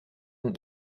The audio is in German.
und